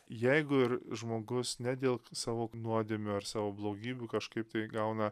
jeigu ir žmogus ne dėl savo nuodėmių ar savo blogybių kažkaip tai gauna